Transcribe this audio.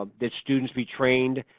ah that students be trained,